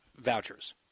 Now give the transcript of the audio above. vouchers